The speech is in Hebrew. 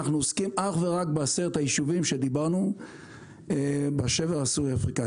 אנחנו עוסקים אך ורק ב-10 היישובים בשבר הסורי-אפריקני.